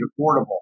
affordable